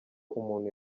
umuntu